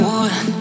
one